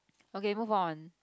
okay move on